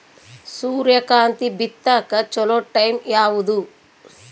ಸೂರ್ಯಕಾಂತಿ ಬಿತ್ತಕ ಚೋಲೊ ಟೈಂ ಯಾವುದು?